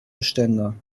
bestände